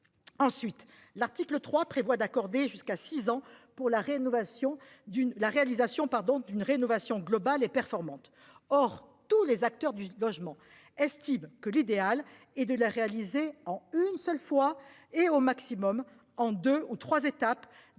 Ensuite, l'article 3 prévoit d'accorder jusqu'à 6 ans pour la rénovation d'une la réalisation pardon d'une rénovation globale et performante. Or, tous les acteurs du logement estime que l'idéal et de la réaliser en une seule fois et au maximum en 2 ou 3 étapes